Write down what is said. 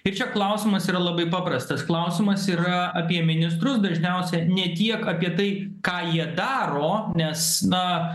ir čia klausimas yra labai paprastas klausimas yra apie ministrus dažniausiai ne tiek apie tai ką jie daro nes na